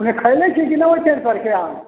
अपने खइले छी कि नहि ओहि पेड़ पर के आम